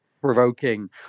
provoking